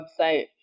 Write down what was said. website